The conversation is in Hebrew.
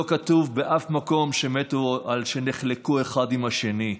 לא כתוב באף מקום שמתו על שנחלקו אחד עם השני.